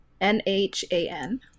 N-H-A-N